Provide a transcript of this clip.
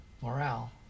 morale